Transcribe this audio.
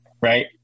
right